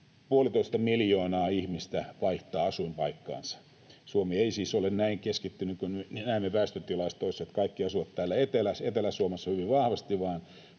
miljoonaa ihmistä vaihtaa asuinpaikkaansa. Suomi ei siis ole näin keskittynyt kuin mitä me näemme väestötilastoissa, että kaikki asuvat täällä Etelä-Suomessa hyvin vahvasti,